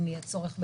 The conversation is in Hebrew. אם יהיה צורך בכך,